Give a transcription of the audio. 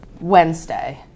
Wednesday